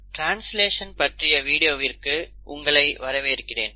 translation பற்றிய வீடியோவிற்கு உங்களை வரவேற்கிறேன்